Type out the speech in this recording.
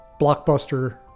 blockbuster